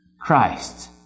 Christ